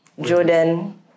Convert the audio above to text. Jordan